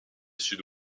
sud